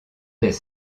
des